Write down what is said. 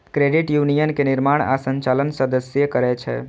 credit union के निर्माण आ संचालन सदस्ये करै छै